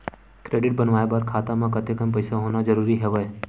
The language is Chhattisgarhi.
क्रेडिट बनवाय बर खाता म कतेकन पईसा होना जरूरी हवय?